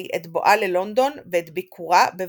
את בואה ללונדון ואת ביקורה בביתו.